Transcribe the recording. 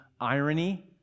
irony